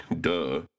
Duh